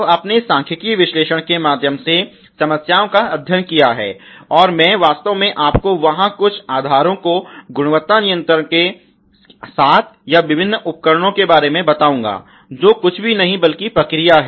तो आपने इस सांख्यिकीय विश्लेषण के माध्यम से समस्याओं का अध्ययन किया है और मैं वास्तव में आपको वहाँ कुछ आधारों को गुणवत्ता नियंत्रण के 7 या विभिन्न उपकरणों के बारे में बताऊंगा जो कुछ भी नहीं बल्कि प्रक्रिया है